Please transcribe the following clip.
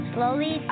Slowly